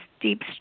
deep